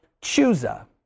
Chusa